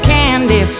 Candy